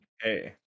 Hey